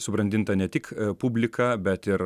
subrandinta ne tik publika bet ir